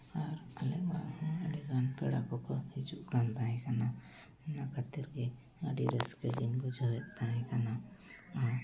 ᱟᱨ ᱟᱞᱮ ᱚᱲᱟᱜ ᱟᱹᱰᱤᱜᱟᱱ ᱯᱮᱲᱟ ᱠᱚᱠᱚ ᱦᱤᱡᱩᱜ ᱠᱟᱱ ᱛᱟᱦᱮᱸ ᱠᱟᱱᱟ ᱚᱱᱟ ᱠᱷᱟᱹᱛᱤᱨ ᱜᱮ ᱟᱹᱰᱤ ᱨᱟᱹᱥᱠᱟᱹ ᱜᱤᱧ ᱵᱩᱡᱷᱟᱹᱣᱮᱫ ᱛᱥᱦᱮᱱᱟ